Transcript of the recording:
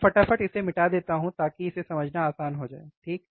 मैं फटाफट इसे मिटा देता हूँ ताकि इसे समझना आसान हो जाए ठीक